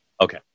Okay